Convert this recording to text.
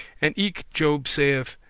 and eke job saith,